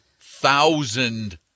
thousand